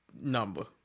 number